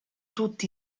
tutti